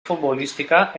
futbolística